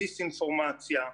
בדיס-אינפורמציה,